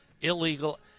illegal